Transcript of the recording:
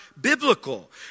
biblical